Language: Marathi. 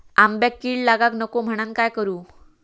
आंब्यक कीड लागाक नको म्हनान काय करू?